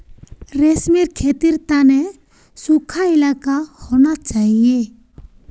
रेशमेर खेतीर तने सुखा इलाका होना चाहिए